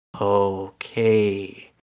Okay